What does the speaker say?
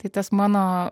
tai tas mano